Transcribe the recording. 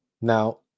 Now